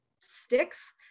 sticks